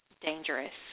dangerous